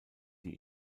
die